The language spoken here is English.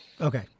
okay